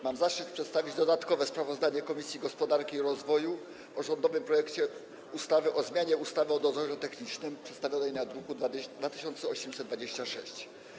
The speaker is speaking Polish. Mam zaszczyt przedstawić dodatkowe sprawozdanie Komisji Gospodarki i Rozwoju o rządowym projekcie ustawy o zmianie ustawy o dozorze technicznym przedstawionym w druku nr 2826.